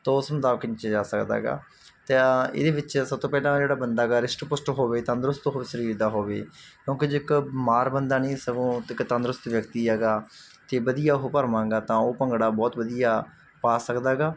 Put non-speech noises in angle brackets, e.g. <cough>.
ਤਾਂ ਉਸ ਮੁਤਾਬਿਕ <unintelligible> ਜਾ ਸਕਦਾ ਹੈਗਾ ਤਾਂ ਇਹਦੇ ਵਿੱਚ ਸਭ ਤੋਂ ਪਹਿਲਾਂ ਜਿਹੜਾ ਬੰਦਾ ਗਾ ਰਿਸ਼ਟ ਪੁਸ਼ਟ ਹੋਵੇ ਤੰਦਰੁਸਤ ਹੋਵੇ ਸਰੀਰ ਦਾ ਹੋਵੇ ਕਿਉਂਕਿ ਜੇ ਇੱਕ ਬਿਮਾਰ ਬੰਦਾ ਨਹੀਂ ਸਗੋਂ ਇੱਕ ਤੰਦਰੁਸਤੀ ਵਿਅਕਤੀ ਹੈਗਾ ਅਤੇ ਵਧੀਆ ਉਹ ਭਰਮਾਂ ਗਾ ਤਾਂ ਉਹ ਭੰਗੜਾ ਬਹੁਤ ਵਧੀਆ ਪਾ ਸਕਦਾ ਹੈਗਾ